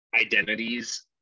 identities